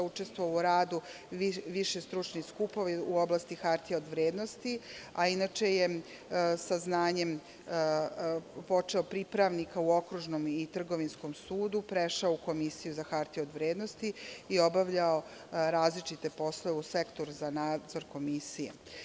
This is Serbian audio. Učestvovao je u radu više stručnih skupova u oblasti hartija od vrednosti, a inače je sa znanjem počeo pripravnika u Okružnom i Trgovinskom sudu, prešao u Komisiju za hartije od vrednosti i obavljao različite poslove u Sektoru za nadzor Komisije.